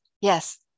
Yes